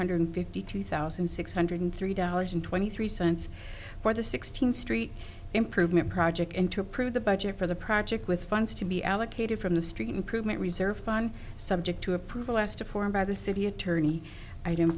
hundred fifty two thousand six hundred three dollars and twenty three cents for the sixteenth street improvement project and to approve the budget for the project with funds to be allocated from the street improvement reserve fund subject to approval as to form by the city attorney i don't